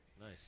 Nice